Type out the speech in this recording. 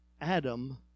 Adam